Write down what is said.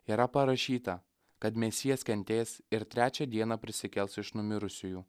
yra parašyta kad mesijas kentės ir trečią dieną prisikels iš numirusiųjų